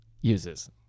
uses